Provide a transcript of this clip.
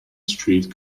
street